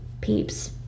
Peeps